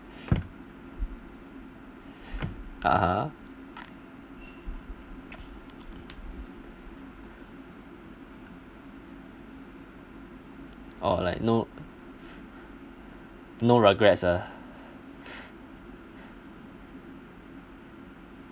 (uh huh) oh like no no regrets ah